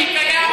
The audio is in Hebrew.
עובדה,